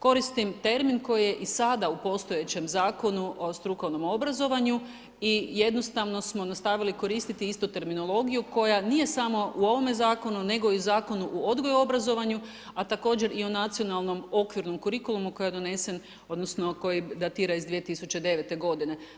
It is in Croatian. Koristim termin koji je i sada u postojećem Zakonu o strukovnom obrazovanju i jednostavno smo nastavili koristiti istu terminologiju, koja nije samo u ovome Zakonu, nego i u Zakonu o odgoju i obrazovanju, a također i u nacionalnom okvirnom kurikulumu koji je donesen, odnosno koji datira iz 2009. godine.